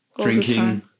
Drinking